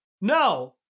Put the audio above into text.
No